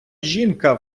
жінка